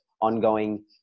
ongoing